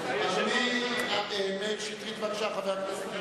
אדוני היושב-ראש,